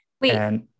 Wait